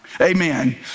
Amen